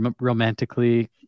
romantically